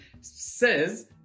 says